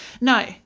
No